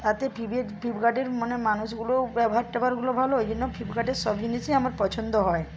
তাতে ফ্লিপকার্টের মানে মানুষগুলোও ব্যবহার ট্যাবহারগুলো ভালো ওই জন্য ফ্লিপকার্টের সব জিনিসই আমার পছন্দ হয়